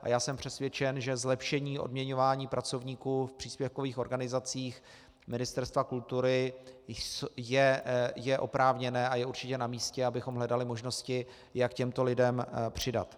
A já jsem přesvědčen, že zlepšení odměňování pracovníků v příspěvkových organizacích ministerstva kultury je oprávněné a je určitě namístě, abychom hledali možnosti, jak těmto lidem přidat.